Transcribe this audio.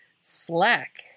slack